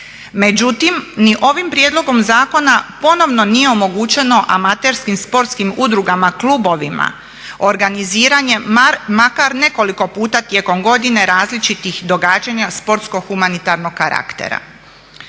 Međutim, ni ovim prijedlogom zakona ponovno nije omogućeno amaterskim sportskim udrugama, klubovima organiziranje makar nekoliko puta tijekom godine različitih događanja sportsko humanitarnog karaktera.